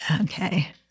Okay